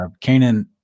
Canaan